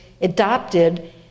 adopted